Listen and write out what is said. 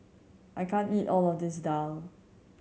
I can't eat all of this daal